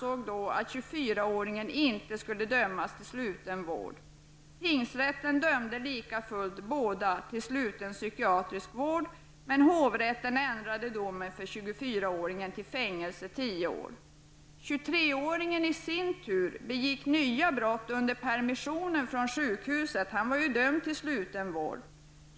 åringen inte skulle dömas till sluten vård. Likafullt dömde tingsrätten båda männen till sluten psykiatrisk vård, men hovrätten ändrade domen för 23-åringen begick nya brott under en permission från sjukhuset -- han var ju dömd till sluten vård.